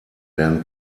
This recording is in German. werden